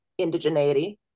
indigeneity